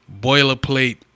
boilerplate